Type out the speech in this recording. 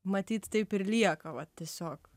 matyt taip ir lieka va tiesiog